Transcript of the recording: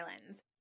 Islands